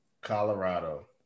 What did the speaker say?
Colorado